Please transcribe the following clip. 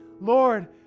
Lord